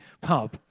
pub